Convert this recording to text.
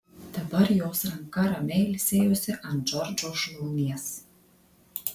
dabar jos ranka ramiai ilsėjosi ant džordžo šlaunies